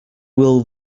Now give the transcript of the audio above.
will